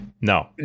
No